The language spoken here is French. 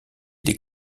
des